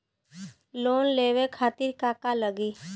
Loan लेवे खातीर का का लगी?